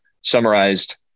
summarized